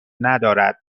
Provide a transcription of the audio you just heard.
ندارد